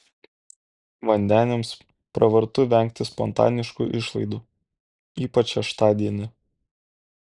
vandeniams pravartu vengti spontaniškų išlaidų ypač šeštadienį